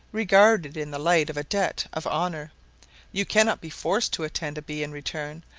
regarded in the light of a debt of honour you cannot be forced to attend a bee in return,